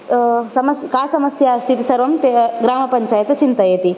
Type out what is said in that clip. समस् का समस्या अस्ति सर्वं ते ग्रामपञ्चायत् चिन्तयति